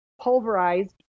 pulverized